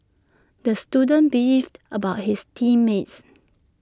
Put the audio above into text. the student beefed about his team mates